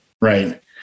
right